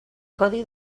codi